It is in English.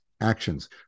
actions